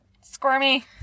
squirmy